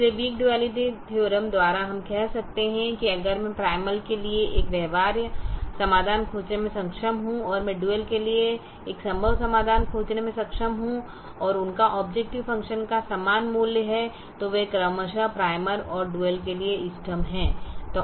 इसलिए weak duality theorem द्वारा हम कह सकते हैं कि अगर मैं प्राइमल के लिए एक व्यवहार्य समाधान खोजने में सक्षम हूं और मैं डुअल के लिए एक संभव समाधान खोजने में सक्षम हूं और उनका ऑबजेकटिव फ़ंक्शन का समान मूल्य है तो वे क्रमशः प्राइमल और डुअल के लिए इष्टतम हैं